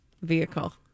vehicle